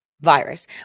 virus